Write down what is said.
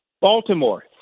baltimore